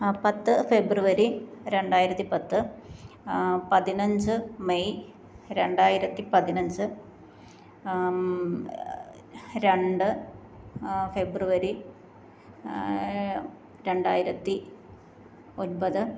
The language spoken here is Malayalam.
പത്ത് ഫെബ്രുവരി രണ്ടായിരത്തി പത്ത് പതിനഞ്ച് മെയ് രണ്ടായിരത്തി പതിനഞ്ച് രണ്ട് ഫെബ്രുവരി രണ്ടായിരത്തി ഒൻപത്